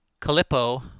Calippo